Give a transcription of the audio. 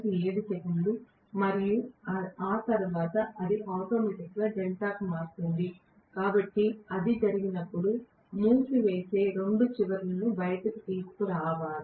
7 సెకన్లు మరియు ఆ తర్వాత అది ఆటోమేటిక్ గా డెల్టాకు మారుతుంది కాబట్టి అది జరిగినప్పుడు మూసివేసే రెండు చివరలను బయటకు తీసుకురావాలి